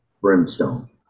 brimstone